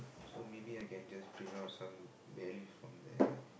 so maybe I can just bring out some values from there like